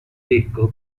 disco